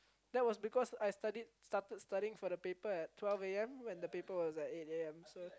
that was because I studied started studying for the paper at twelve am when the paper at eight a_m so